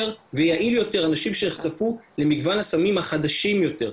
ויעיל יותר אנשים שנחשפו למגוון הסמים החדשים יותר.